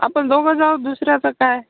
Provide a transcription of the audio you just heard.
आपण दोघं जाऊ दुसऱ्याच काय